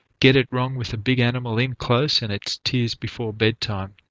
get it wrong with a big animal in close and it's tears before bedtime.